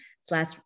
slash